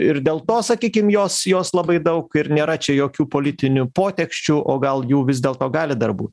ir dėl to sakykim jos jos labai daug ir nėra čia jokių politinių poteksčių o gal jų vis dėl to gali darbų